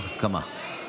צריך הסכמה.